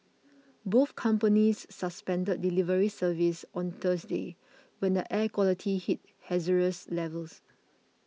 both companies suspended delivery service on Thursday when the air quality hit Hazardous levels